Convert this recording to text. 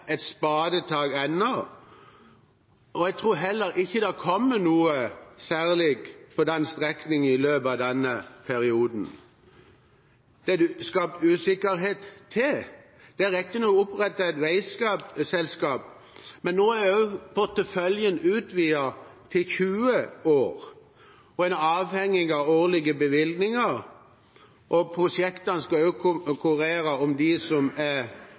spadetak ennå, og jeg tror heller ikke det kommer noe særlig på den strekningen i løpet av denne perioden. Det er det skapt usikkerhet om. Det er riktignok opprettet et veiselskap, men nå er også porteføljen utvidet til 20 år. Man er avhengig av årlige bevilgninger, og prosjektene skal også konkurrere med de som samfunnsmessig er